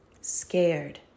Scared